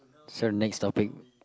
sir next topic